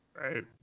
Right